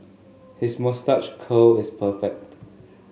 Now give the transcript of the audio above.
his moustache curl is perfect